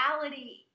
reality